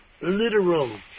literal